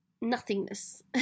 nothingness